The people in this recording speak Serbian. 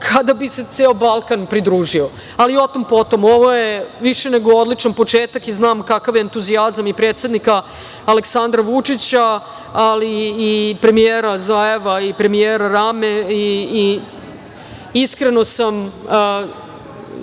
kada bi se ceo Balkan pridružio. Ali, o tom potom, ovo je više nego odličan početak i znam kakav entuzijazam i predsednika Aleksandra Vučića, ali i premijera Zajeva i premijera Rame. Iskreno sam